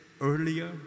earlier